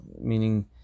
meaning